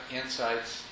insights